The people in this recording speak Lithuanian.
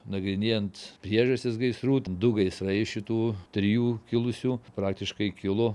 nagrinėjant priežastis gaisrų du gaisrai šitų trijų kilusių praktiškai kilo